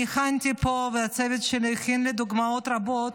אני הכנתי פה, הצוות שלי הכין לי דוגמאות רבות,